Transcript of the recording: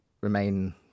remain